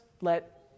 let